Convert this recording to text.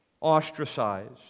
ostracized